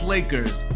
Lakers